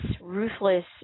ruthless